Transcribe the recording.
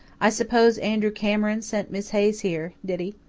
i suppose andrew cameron sent miss hayes here, did he?